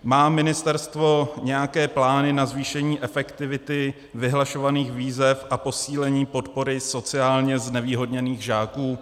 Má ministerstvo nějaké plány na zvýšení efektivity vyhlašovaných výzev a posílení podpory sociálně znevýhodněných žáků?